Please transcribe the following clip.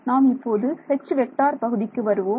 நாம் இப்போது H பகுதிக்கு வருவோம்